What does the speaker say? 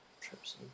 trips